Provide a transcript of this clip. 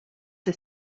the